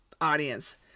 audience